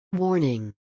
Warning